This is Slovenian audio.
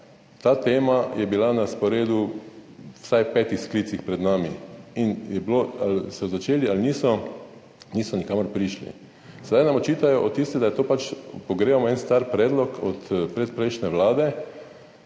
Ta tema je bila na sporedu v vsaj petih sklicih pred nami in ali so začeli ali niso, nikamor niso prišli. Sedaj nam očitajo, da pogrevamo en star predlog od predprejšnje vlade.